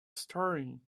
staring